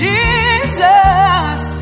Jesus